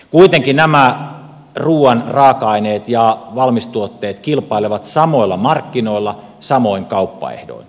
kuitenkin nämä ruuan raaka aineet ja valmistuotteet kilpailevat samoilla markkinoilla samoin kauppaehdoin